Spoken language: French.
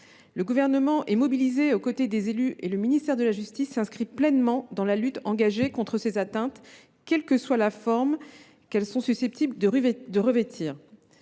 Le Gouvernement est mobilisé aux côtés des élus et le ministère de la justice s’investit pleinement dans la lutte engagée contre ces atteintes, quelle que soit la forme qu’elles sont susceptibles de revêtir.